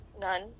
None